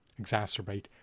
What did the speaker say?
exacerbate